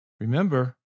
remember